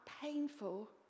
painful